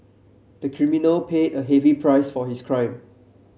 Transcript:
the criminal paid a heavy price for his crime